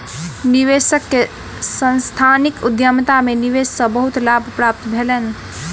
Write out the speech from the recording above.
निवेशक के सांस्थानिक उद्यमिता में निवेश से बहुत लाभ प्राप्त भेलैन